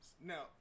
Now